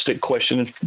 question